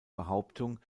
behauptung